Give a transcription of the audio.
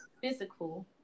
physical